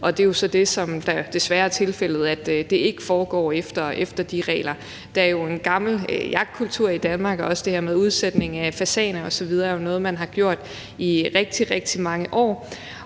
det, der jo så desværre er tilfældet, er, at det ikke foregår efter de regler. Der er jo en gammel jagtkultur i Danmark. Også det her med udsætning af fasaner osv. er noget, man har gjort i rigtig, rigtig mange år.